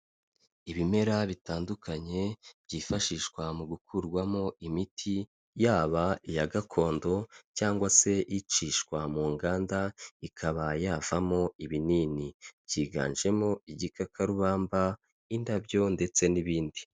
Ibimera bitandukanye byifashishwa mu gukurwamo imiti, yaba iya gakondo cyangwa se icishwa mu nganda ikaba yavamo ibinini, byiganjemo igikakarubamba, indabyo ndetse n'ibindi.